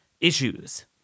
issues